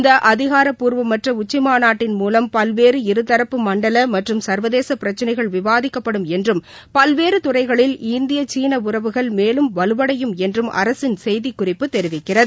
இந்த அதிகாரப்பூர்வமற்ற உச்சிமாநாட்டின் மூலம் பல்வேறு இருதரப்பு மண்டல மற்றும் சர்வதேச பிரச்சினைகள் விவாதிக்கப்படும் என்றும் பல்வேறு துறைகளில் இந்திய வலுவடையும் என்றும் அரசின் செய்திக் குறிப்பு தெரிவிக்கிறது